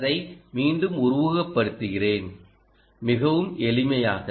அதை மீண்டும் உருவகப்படுத்துகிறேன் மிகவும் எளிமையாக